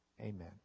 Amen